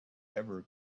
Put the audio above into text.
ever